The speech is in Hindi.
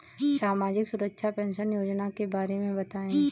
सामाजिक सुरक्षा पेंशन योजना के बारे में बताएँ?